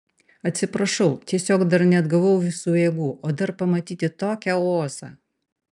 atsiprašau tiesiog dar neatgavau visų jėgų o dar pamatyti tokią ozą